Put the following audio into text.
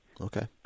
Okay